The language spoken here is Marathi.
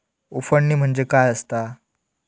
उफणणी म्हणजे काय असतां?